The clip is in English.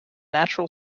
natural